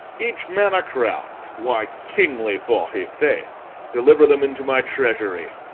each man a crown! why, kingly fought, i'faith. deliver them into my treasury.